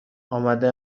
آمده